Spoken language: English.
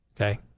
okay